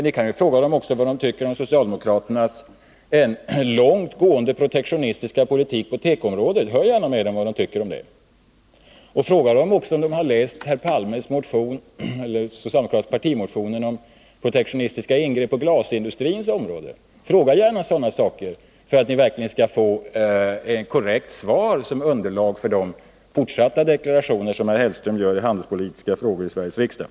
Ni kan också fråga dem vad de tycker om socialdemokraternas långtgående protektionistiska politik på tekoområdet. Fråga dem också om de har läst den socialdemokratiska partimotionen om protektionistiska ingrepp på glasindustrins område. Fråga gärna sådana saker, så att ni får ett korrekt underlag för de deklarationer som herr Hellström ämnar göra i handelspolitiska frågor i Sveriges riksdag.